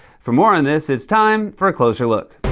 for more on this, it's time for a closer look.